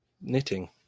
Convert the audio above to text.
knitting